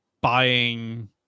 buying